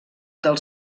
dels